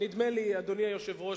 אדוני היושב-ראש,